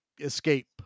escape